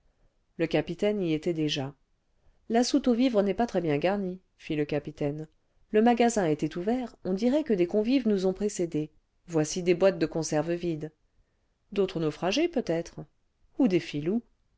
le capitaine y était déjà ce la soute aux vivres n'est pas très bien garnie fit le capitaine le magasin était ouvert on dirait que des convives nous ont précédés voici des boîtes de conserves vides d'autres naufragés peut-être ou des filous